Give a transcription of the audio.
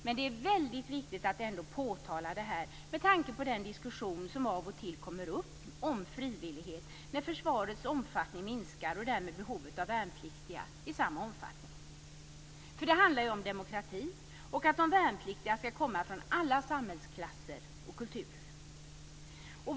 Men det är ändå väldigt viktigt att påtala detta med tanke på den diskussion som av och till kommer upp om frivillighet när försvarets omfattning minskar, och därmed behovet av värnpliktiga i samma omfattning. Det handlar ju om demokrati och att de värnpliktiga ska komma från alla samhällsklasser och kulturer.